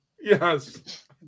yes